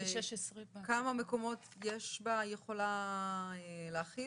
וכמה מקומות היא יכולה להכיל?